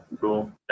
Cool